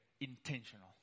intentional